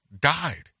died